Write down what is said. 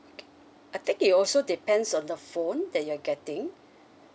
I think it also depends on the phone that you are getting